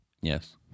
Yes